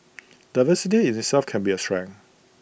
diversity in itself can be A strength